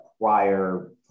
prior